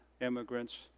immigrants